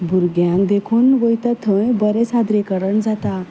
भुरग्यांक देखून वयता थंय बरें सादरीकरण जाता